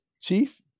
chief